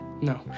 no